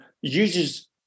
uses